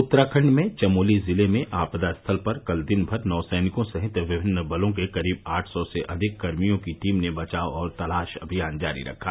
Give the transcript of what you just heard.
उत्तराखंड में चमोली जिले में आपदा स्थल पर कल दिन भर नौसैनिकों सहित विभिन्न बलों के करीब आठ सौ से अधिक कर्मियों की टीम ने बचाव और तलाश अभियान जारी रखा